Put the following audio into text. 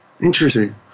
Interesting